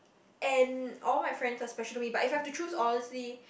and all my friend that specially but if I have to choose honestly